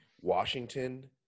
Washington